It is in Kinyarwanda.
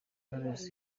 knowless